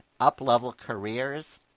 Uplevelcareers